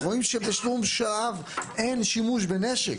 רואים שבשום שלב אין שימוש בנשק.